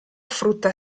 frutta